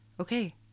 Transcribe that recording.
Okay